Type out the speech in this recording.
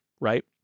Right